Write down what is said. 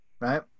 right